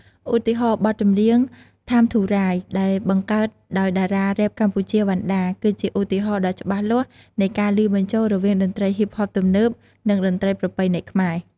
ឧទាហរណ៍បទចម្រៀង "ថាមធូរ៉ាយ" ដែលបង្កើតដោយតារារ៉េបកម្ពុជា វណ្ណដា គឺជាឧទាហរណ៍ដ៏ច្បាស់លាស់នៃការលាយបញ្ចូលរវាងតន្ត្រីហ៊ីបហបទំនើប និងតន្ត្រីប្រពៃណីខ្មែរ។